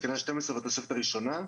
תקנה 12 והתוספת הראשונה,